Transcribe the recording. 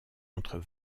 entre